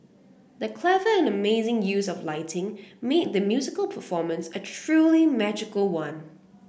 the clever and amazing use of lighting made the musical performance a truly magical one